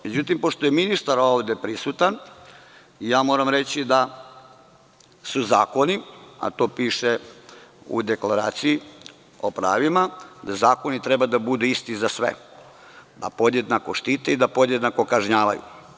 Međutim, pošto je ministar ovde prisutan, moram reći da su zakoni, a to piše u Deklaraciji o pravima, da zakoni treba da budu isti za sve, da podjednako štite i da podjednako kažnjavaju.